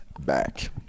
back